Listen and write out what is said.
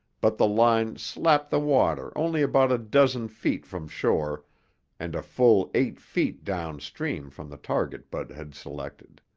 but the line slapped the water only about a dozen feet from shore and a full eight feet downstream from the target bud had selected.